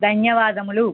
ధన్యవాదములు